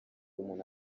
umuntu